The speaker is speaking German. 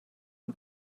ein